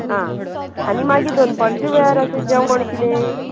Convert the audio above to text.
आ आनी मागीर दनपारचे वेळार अशें जेवण किदें